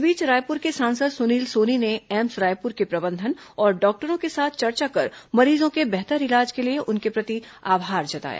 इस बीच रायपुर के सांसद सुनील सोनी ने एम्स रायपुर के प्रबंधन और डॉक्टरों के साथ चर्चा कर मरीजों के बेहतर इलाज के लिए उनके प्रति आभार जताया